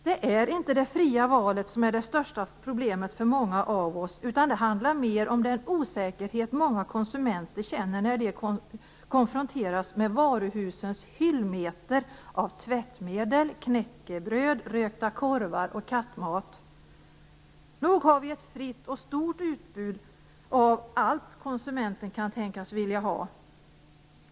Det är inte det fria valet som är det största problemet för många av oss, utan det handlar mer om den osäkerhet som många konsumenter känner när de konfronteras med varuhusens hyllmeter av tvättmedel, knäckebröd, rökta korvar och kattmat. Nog har vi ett fritt och stort utbud av allt konsumenten kan tänkas vilja ha.